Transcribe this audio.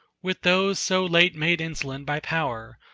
with those so late made insolent by power,